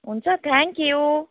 हुन्छ thank you